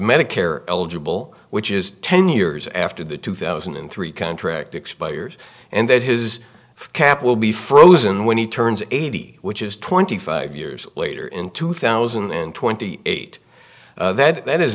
medicare eligible which is ten years after the two thousand and three contract expires and that his cap will be frozen when he turns eighty which is twenty five years later in two thousand and twenty eight that